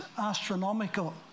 astronomical